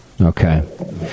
Okay